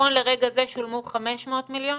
נכון לרגע זה שולמו 500 מיליון?